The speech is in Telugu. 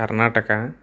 కర్ణాటక